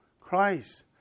Christ